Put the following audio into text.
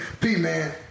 P-Man